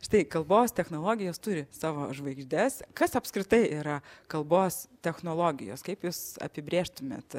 štai kalbos technologijos turi savo žvaigždes kas apskritai yra kalbos technologijos kaip jūs apibrėžtumėt